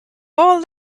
all